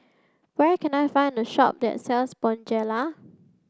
where can I find a shop that sells Bonjela